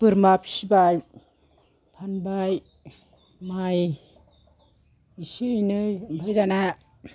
बोरमा फिबाय माइ इसे एनै ओमफ्राय दाना